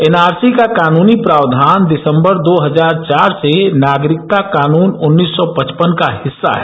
N R C का कानूनी प्रावधान दिसम्बर दो हजार चार से नागरिकता कानून उन्नीस सौ पचपन का हिस्सा है